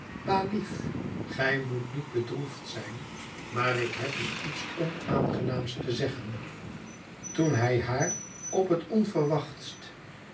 pa lief gij moet niet bedroefd zijn maar ik heb u iets onaangenaams te zeggen toen hij haar op het onverwachtst